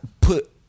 put